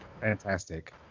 Fantastic